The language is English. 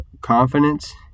confidence